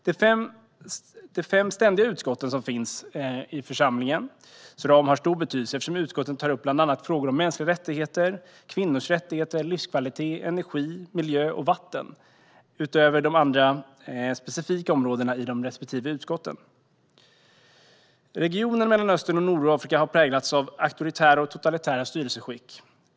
De fem ständiga utskott som finns i församlingen har stor betydelse eftersom de bland annat tar upp frågor om mänskliga rättigheter, kvinnors rättigheter, livskvalitet, energi, miljö och vatten utöver de andra specifika områdena i de respektive utskotten. Regionen i Mellanöstern och Nordafrika har präglats av auktoritära och totalitära styrelseskick.